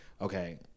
okay